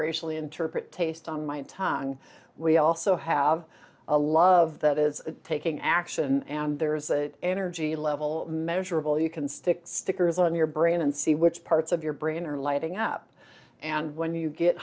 nally interpret taste on my tongue we also have a love that is taking action and there is an energy level measurable you can stick stickers on your brain and see which parts of your brain are lighting up and when you get